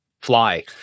fly